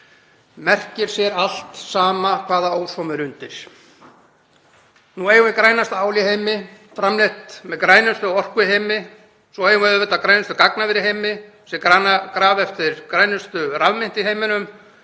merkir sér allt, sama hvaða ósómi er undir. Nú eigum við grænasta ál í heimi framleitt með grænustu orku í heimi og svo eigum við auðvitað grænustu gagnaver í heimi sem grafa eftir grænustu rafmyntum í heiminum.